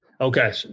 Okay